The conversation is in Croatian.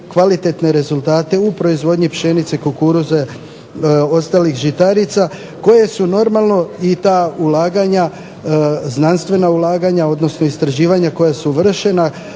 kvalitetne rezultate u proizvodnji pšenice, kukuruza, ostalih žitarica koje su normalno i ta ulaganja, znanstvena ulaganja, odnosno istraživanja koja su vršena